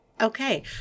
okay